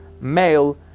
male